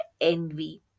envy